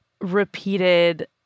repeated